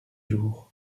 jours